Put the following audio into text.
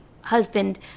husband